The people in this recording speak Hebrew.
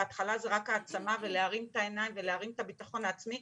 בהתחלה זה רק העצמה ולהרים את העיניים ולהרים את הביטחון העצמי,